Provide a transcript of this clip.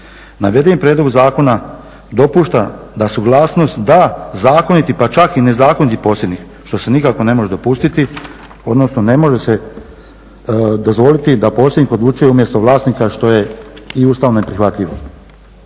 Navedeni prijedlog zakona dopušta da suglasnost da zakoniti pa čak i nezakoniti posjednik što se nikako ne može dopustiti odnosno ne može se dozvoliti da posjednik odlučuje umjesto vlasnika što je i ustavno neprihvatljivo.